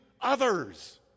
others